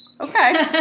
Okay